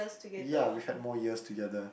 ya we had more years together